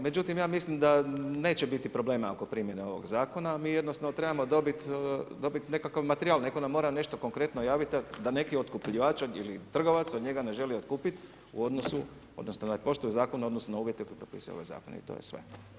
Međutim ja mislim da neće biti problema oko primjene ovog zakona, mi jednostavno trebamo dobiti nekakav materijal, netko nam mora nešto konkretno javiti da neki otkupljivač ili trgovac od njega ne želi otkupiti u odnosu, odnosno da ne poštuje zakon u odnosu na uvjete koje propisuje ovaj zakon i to je sve.